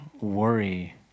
worry